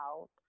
out